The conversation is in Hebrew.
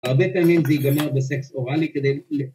‫הרבה פעמים זה ייגמר בסקס אוראלי ‫כדי ל...